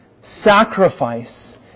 Sacrifice